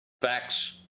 facts